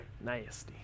Nice